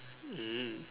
mm